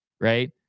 right